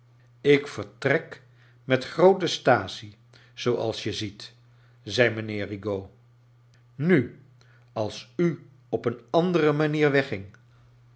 ik vertrek met groote staatsle zooals je ziet zei mijnheer rigaud nu als u op een andere nianier wegging